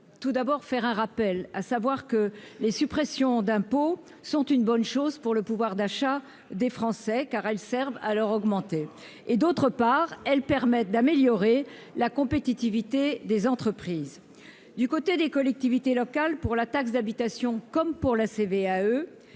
tout d'abord faire un rappel, à savoir que les suppressions d'impôts sont une bonne chose pour le pouvoir d'achat des Français car elles Servent à leur augmenter et, d'autre part, elles permettent d'améliorer la compétitivité des entreprises, du côté des collectivités locales pour la taxe d'habitation, comme pour la CVAE